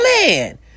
man